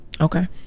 Okay